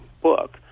book